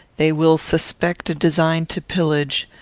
they will suspect a design to pillage,